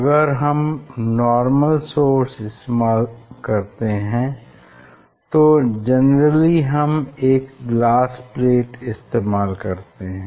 अगर हम normal source इस्तेमाल करते हैं तो जेनेरली हम एक ग्लास प्लेट इस्तेमाल करते हैं